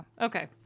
Okay